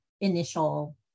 initial